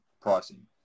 pricing